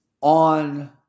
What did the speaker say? on